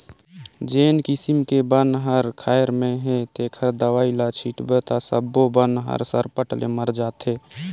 जेन किसम के बन हर खायर में हे तेखर दवई ल छिटबे त सब्बो बन हर सरपट ले मर जाथे